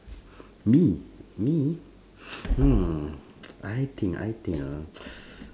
me me hmm I think I think uh